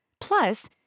Plus